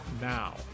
now